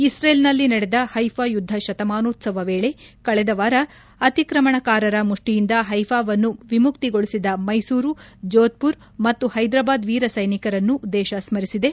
ಇಸ್ರೇಲ್ನಲ್ಲಿ ನಡೆದ ಹೈಫಾ ಯುದ್ದ ಶತಮಾನೋತ್ಪವದ ವೇಳಿ ಕಳೆದ ವಾರ ಅತಿಕ್ರಮಣಕಾರರ ಮುಷ್ಠಿಯಿಂದ ಹೈಫಾವನ್ನು ವಿಮುಕ್ತಿಗೊಳಿಸಿದ ಮೈಸೂರು ಜೋದ್ಪುರ ಮತ್ತು ಹ್ಟೆದರಾಬಾದ್ ವೀರ ಸ್ಟೆನಿಕರನ್ನು ದೇಶ ಸ್ಮರಿಸಿದೆ